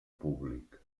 públic